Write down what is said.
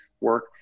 work